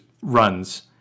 runs